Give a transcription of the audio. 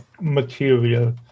material